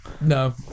No